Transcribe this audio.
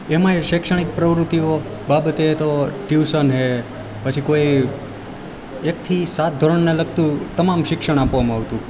એમાંય શૈક્ષણિક પ્રવૃત્તિઓ બાબતે તો ટ્યુશન છે પછી કોઈ એકથી સાત ધોરણને લગતું તમામ શિક્ષણ આપવામાં આવતું